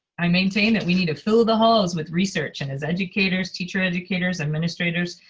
i maintain that we need to fill the halls with research, and as educators, teacher educators, administrators,